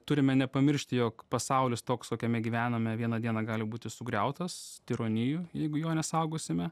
turime nepamiršti jog pasaulis toks kokiame gyvename vieną dieną gali būti sugriautas tironijų jeigu jo nesaugosime